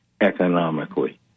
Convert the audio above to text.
economically